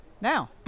Now